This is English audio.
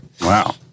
Wow